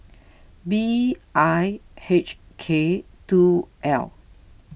B I H K two L